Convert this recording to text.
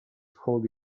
hold